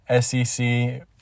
SEC